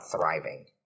thriving